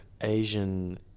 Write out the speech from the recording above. Asian